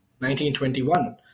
1921